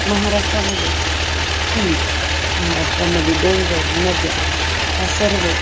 महाराष्ट्रामध्ये पीक महाराष्ट्रामध्ये डोंगर नद्या ह्या सर्व